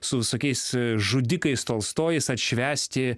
su visokiais žudikais tolstojis atšvęsti